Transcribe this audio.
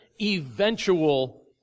eventual